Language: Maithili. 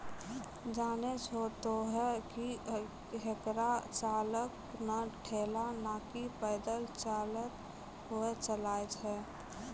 जानै छो तोहं कि हेकरा चालक नॅ ठेला नाकी पैदल चलतॅ हुअ चलाय छै